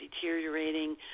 deteriorating